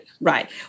Right